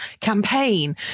campaign